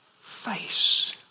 face